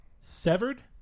Severed